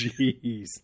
jeez